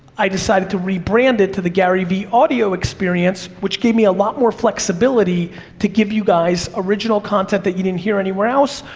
i decided to rebrand it to the gary vee audio experience, which gave me a lot more flexibility to give you guys original content that you didn't hear anywhere else,